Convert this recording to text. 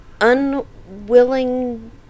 unwilling